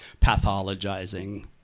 pathologizing